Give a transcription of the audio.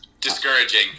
discouraging